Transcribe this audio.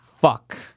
Fuck